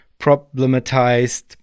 problematized